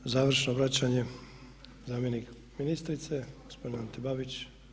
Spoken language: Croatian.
Završno obraćanje, zamjenik ministrice gospodin Ante Babić.